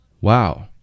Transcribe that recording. Wow